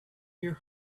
your